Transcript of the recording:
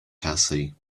cassie